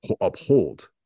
uphold